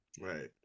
Right